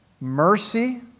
mercy